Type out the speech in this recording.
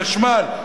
חשמל.